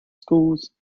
schools